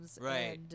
right